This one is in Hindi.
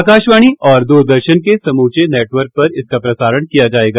आकाशवाणी और दूरदर्शन के समूचे नेटवर्क पर इसका प्रसारण किया जायेगा